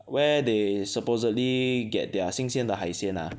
where they supposedly get their 新鲜的海鲜 ah